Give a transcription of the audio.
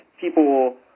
people